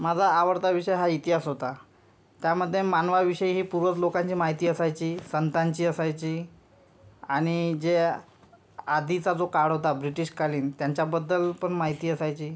माझा आवडता विषय हा इतिहास होता त्यामध्ये मानवाविषयी ही पूरक लोकांची माहिती असायची संतांची असायची आणि जे आधीचा जो काळ होता ब्रिटिशकालीन त्यांच्याबद्दल पण माहिती असायची